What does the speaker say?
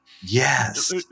Yes